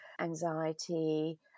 anxiety